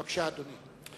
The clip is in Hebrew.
בבקשה, אדוני.